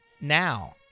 Now